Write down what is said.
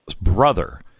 brother